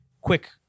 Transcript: quick